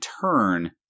turn